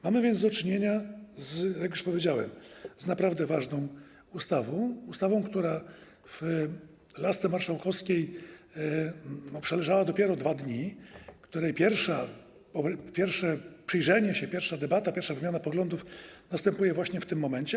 Mamy więc do czynienia, jak już powiedziałem, z naprawdę ważną ustawą, ustawą, która w lasce marszałkowskiej przeleżała dopiero 2 dni, w przypadku której pierwsze przyjrzenie się, pierwsza debata, pierwsza wymiana poglądów następuje właśnie w tym momencie.